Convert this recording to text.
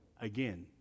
again